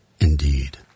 Indeed